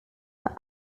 are